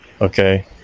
okay